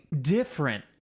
different